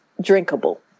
drinkable